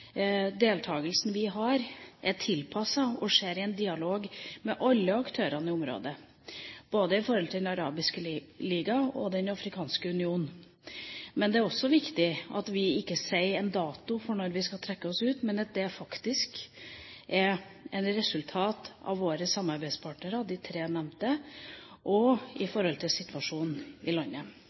deltakelsen vi har, er tilpasset og skjer i en dialog med alle aktørene i området, både med Den arabiske liga og Den afrikanske union. Det er også viktig at vi ikke sier en dato for når vi skal trekke oss ut, men at det faktisk er et resultat av våre samarbeidspartnere, de tre nevnte, og situasjonen i landet, for for oss er det viktig at en revidering av norsk deltakelse har utgangspunkt i